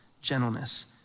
gentleness